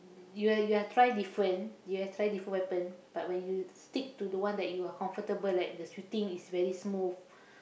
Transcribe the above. you are you are try different you are try different weapon but when you stick to the one that you are comfortable at the shooting is very smooth